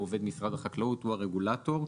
הוא עובד משרד החקלאות, הוא הרגולטור.